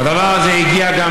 והדבר הזה הגיע גם,